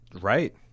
right